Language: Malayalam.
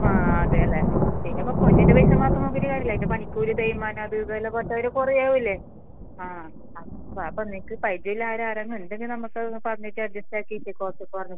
ആ അതെ അല്ലേ പിന്നെ ഇപ്പോൾ പൊന്നിൻ്റെ പൈസ മാത്രം നോക്കിയിട്ട് കാര്യം ഇല്ല അതിൻ്റെ പണിക്കൂലി തേയ്മാനം അത് ഇത് എല്ലാം കൊടുത്താൽ കുറേ ആവൂലേ ആ അപ്പോൾ അപ്പോൾ എനിക്ക് പരിചയം ഉള്ള ആൾ ആരെങ്കിലും ഉണ്ടെങ്കിൽ നമ്മൾക്ക് പറഞ്ഞിട്ട് അഡ്ജസ്റ്റ് ആക്കിയിട്ട് കുറച്ച് കുറഞ്ഞ്